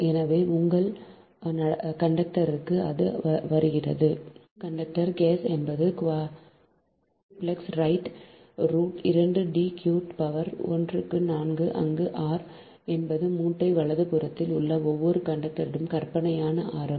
எனவே உங்கள் கண்டக்டர் 4 க்கு அது வருகிறது 4 கண்டக்டர் கேஸ் என்பது quadruplex right root 2 D cube power ஒன்றுக்கு 4 அங்கு ஆர் என்பது மூட்டை வலதுபுறத்தில் உள்ள ஒவ்வொரு கண்டக்டரின் கற்பனையான ஆரம்